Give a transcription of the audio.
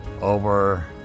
over